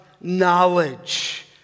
knowledge